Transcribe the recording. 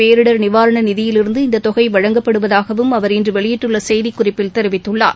பேரிடர் நிவாரண நிதியிலிருந்து இந்த தொகை வழங்கப்படுவதாகவும் அவர் மாநில இன்று வெளியிட்டுள்ள செய்திக்குறிப்பில் தெரிவித்துள்ளார்